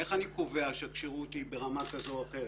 איך אני קובע שהכשירות היא ברמה כזו או אחרת.